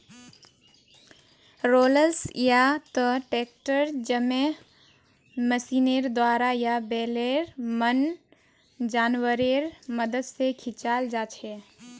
rollers या त tractor जैमहँ मशीनेर द्वारा या बैलेर मन जानवरेर मदद से खींचाल जाछे